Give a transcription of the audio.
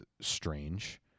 strange